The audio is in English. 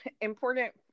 important